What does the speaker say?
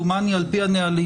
דומני על פי הנהלים?